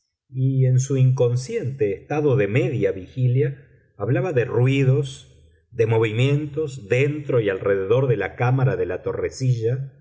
y en su inconsciente estado de media vigilia hablaba de ruidos de movimientos dentro y alrededor de la cámara de la torrecilla